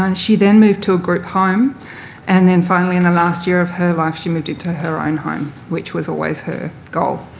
um she then moved to a group home and then finally, in the last year of her life, she moved into her own home, which was always her goal.